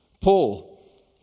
Paul